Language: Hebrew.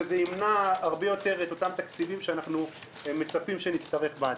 וזה ימנע את אותם תקציבים שאנו מצפים שנצטרך בעתיד.